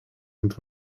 ant